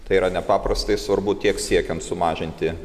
tai yra nepaprastai svarbu tiek siekiant sumažinti